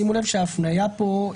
שימו לב שההפניה פה,